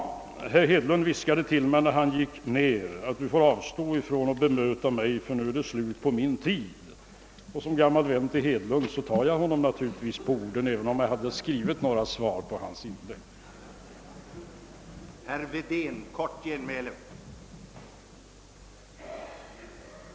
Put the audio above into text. Herr Hedlund viskade till mig när han gick ned från talarstolen: Du får avstå från att bemöta mig för nu är det slut på min tid. Som gammal vän till herr Hedlund tar jag honom naturligtvis på orden, även om jag hade antecknat några repliker på hans inlägg.